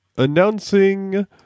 Announcing